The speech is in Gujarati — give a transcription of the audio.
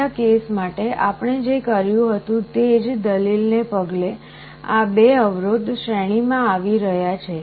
પાછલા કેસ માટે આપણે જે કર્યું હતું તે જ દલીલને પગલે આ 2 અવરોધ શ્રેણીમાં આવી રહ્યા છે